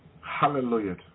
Hallelujah